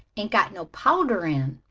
ain't got no powder in.